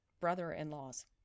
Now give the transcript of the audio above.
brother-in-laws